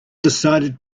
decided